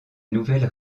nouvelle